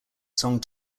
song